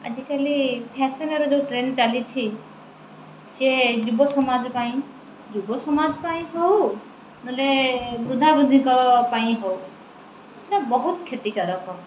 ଆଜିକାଲି ଫ୍ୟାସନ୍ର ଯେଉଁ ଟ୍ରେଣ୍ଡ ଚାଲିଛି ସେ ଯୁବ ସମାଜ ପାଇଁ ଯୁବ ସମାଜ ପାଇଁ ହେଉ ନହେଲେ ବୃଦ୍ଧାବୃଦ୍ଧି ପାଇଁ ହେଉ ବହୁତ କ୍ଷତିକାରକ